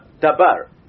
dabar